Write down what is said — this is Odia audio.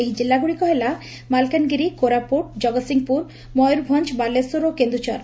ଏହି ଜିଲ୍ଲାଗୁଡ଼ିକ ହେଲା ମାଲକାନଗିରି କୋରାପୁଟ୍ ଜଗତସିଂହପୁର ମୟରଭଞ୍ ବାଲେଶ୍ୱର ଓ କେନ୍ଦୁଝର